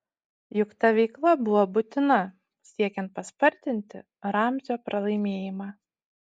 juk ta veikla buvo būtina siekiant paspartinti ramzio pralaimėjimą